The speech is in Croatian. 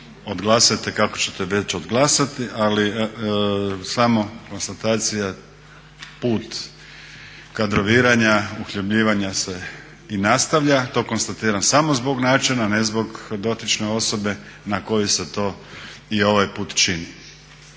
odglasajte kako ćete već odglasati. Ali samo konstatacija put kadroviranja, uhljebljivanja se i nastavlja. To konstatiram samo zbog načina, ne zbog dotične osobe na koju se to i ovaj put čini.